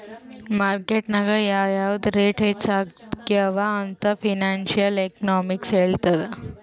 market ನಾಗ್ ಯಾವ್ ಯಾವ್ದು ರೇಟ್ ಹೆಚ್ಚ ಆಗ್ಯವ ಅಂತ್ ಫೈನಾನ್ಸಿಯಲ್ ಎಕನಾಮಿಕ್ಸ್ ಹೆಳ್ತುದ್